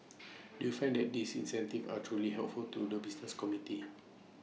do you find that these incentives are truly helpful to the business community